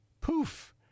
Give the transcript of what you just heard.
poof